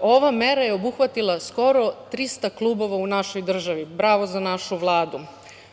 Ova mera je obuhvatila skoro 300 klubova u državi. Bravo za našu Vladu. Dokaz